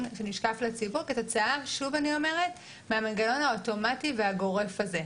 שנשקף לציבור כתוצאה מהמנגנון האוטומטי והגורף הזה.